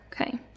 okay